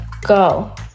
go